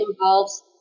involves